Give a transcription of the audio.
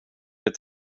vill